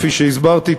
כפי שהסברתי,